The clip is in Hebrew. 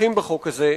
תומכים בחוק הזה.